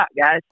guys